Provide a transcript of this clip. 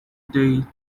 day